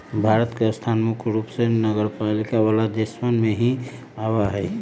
भारत के स्थान मुख्य रूप से नगरपालिका वाला देशवन में ही आवा हई